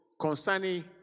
concerning